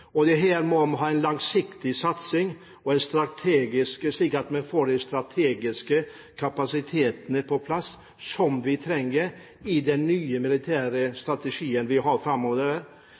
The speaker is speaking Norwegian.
Her må man ha en langsiktig satsing, slik at man får de strategiske kapasitetene vi trenger på plass i den nye militære strategien vi har framover.